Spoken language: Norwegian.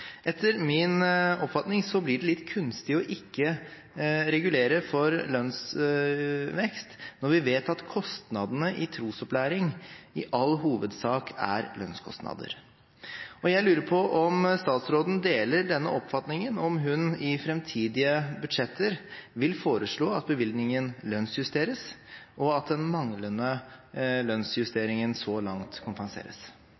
Etter min oppfatning blir det litt kunstig ikke å regulere for lønnsvekst når vi vet at kostnadene i trosopplæring i all hovedsak er lønnskostnader. Jeg lurer på om statsråden deler denne oppfatningen – om hun i framtidige budsjetter vil foreslå at bevilgningen lønnsjusteres, og at den manglende